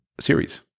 series